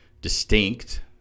distinct